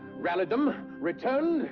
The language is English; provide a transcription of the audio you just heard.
rallied them, returned,